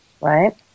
Right